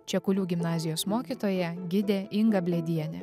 čia kulių gimnazijos mokytoja gidė inga blėdienė